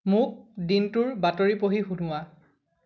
মোক দিনটোৰ বাতৰি পঢ়ি শুনোৱা